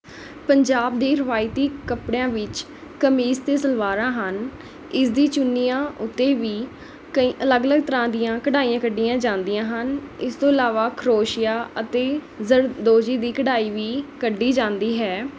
ਪੰਜਾਬ ਦੇ ਰਵਾਇਤੀ ਕੱਪੜਿਆਂ ਵਿੱਚ ਕਮੀਜ਼ ਅਤੇ ਸਲਵਾਰਾਂ ਹਨ ਇਸ ਦੀ ਚੁੰਨੀਆਂ ਉੱਤੇ ਵੀ ਕਈ ਅਲੱਗ ਅਲੱਗ ਤਰ੍ਹਾਂ ਦੀਆਂ ਕਢਾਈਆਂ ਕੱਢੀਆਂ ਜਾਂਦੀਆਂ ਹਨ ਇਸ ਤੋਂ ਇਲਾਵਾ ਖਰੋਸ਼ੀਆ ਅਤੇ ਜ਼ਰਦੋਜੀ ਦੀ ਕਢਾਈ ਵੀ ਕੱਢੀ ਜਾਂਦੀ ਹੈ